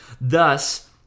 thus